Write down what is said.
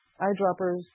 eyedroppers